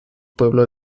pueblo